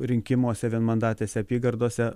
rinkimuose vienmandatėse apygardose